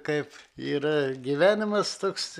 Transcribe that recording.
kaip yra gyvenimas toks